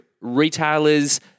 retailers